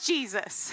Jesus